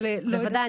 בוודאי.